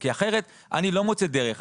כי אחרת אני לא מוצא דרך.